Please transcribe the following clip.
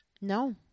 No